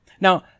Now